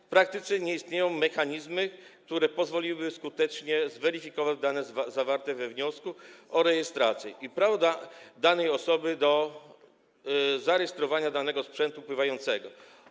W praktyce nie istnieją mechanizmy, które pozwoliłyby skutecznie zweryfikować dane zawarte we wniosku o rejestrację i prawa danej osoby do zarejestrowania danego sprzętu pływającego.